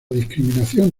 discriminación